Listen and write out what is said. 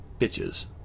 bitches